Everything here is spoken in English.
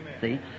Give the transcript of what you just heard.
See